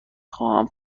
خواهم